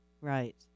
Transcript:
right